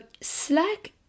Slack